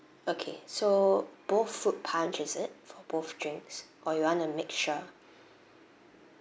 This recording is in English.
okay so both fruit punch is it for both drinks or you want a mixture